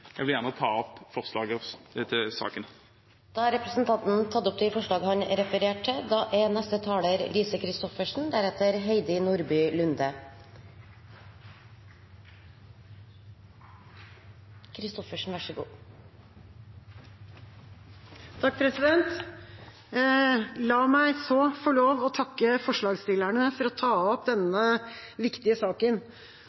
Jeg vil gjerne ta opp forslagene som Fremskrittspartiet står bak i sak nr. 7. Representanten Atle Simonsen har tatt opp de forslagene han refererte til. La meg få lov til å takke forslagsstillerne for å ta opp denne